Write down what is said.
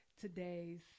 today's